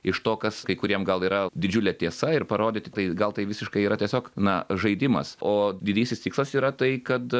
iš to kas kuriem gal yra didžiulė tiesa ir parodyti tai gal tai visiškai yra tiesiog na žaidimas o didysis tikslas yra tai kad